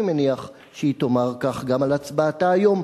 אני מניח שהיא תאמר כך גם על הצבעתה היום.